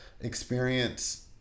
experience